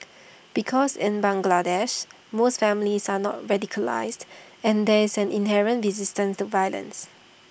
because in Bangladesh most families are not radicalised and there is an inherent resistance to violence